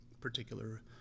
particular